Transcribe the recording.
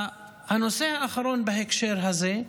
הנושא האחרון בהקשר הזה,